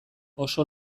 oso